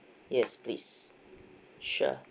yes please sure